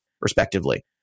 respectively